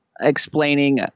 explaining